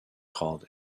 called